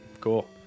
Cool